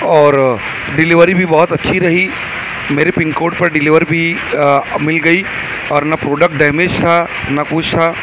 اور ڈلیوری بھی بہت اچھی رہی میرے پن کوڈ پر ڈلیور بھی مل گئی اور نہ پروڈکٹ ڈیمیج تھا نہ کچھ تھا